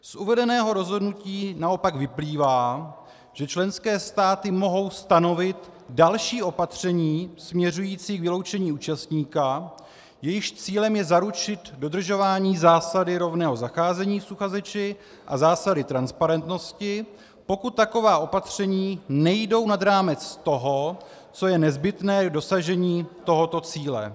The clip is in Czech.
Z uvedeného rozhodnutí naopak vyplývá, že členské státy mohou stanovit další opatření směřující k vyloučení účastníka, jejichž cílem je zaručit dodržování zásady rovného zacházení s uchazeči a zásady transparentnosti, pokud taková opatření nejdou nad rámec toho, co je nezbytné k dosažení tohoto cíle.